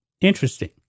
Interesting